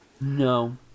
no